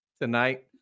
tonight